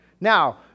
Now